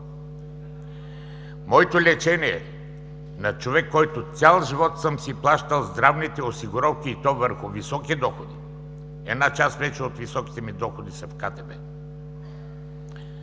Моето лечение на човек, който цял живот си е плащал здравните осигуровки, и то върху високи доходи, една част от високите ми доходи вече са в КТБ,